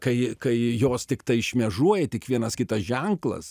kai kai jos tiktai šmėžuoja tik vienas kitas ženklas